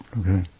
Okay